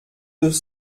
deux